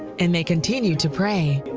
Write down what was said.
and they continued to pray.